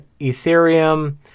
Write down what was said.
ethereum